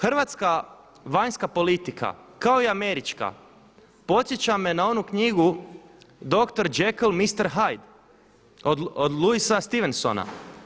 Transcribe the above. Hrvatska vanjska politika kao i američka podsjeća me na onu knjigu dr. Jackly mister Hyde od Luisa Stevensona.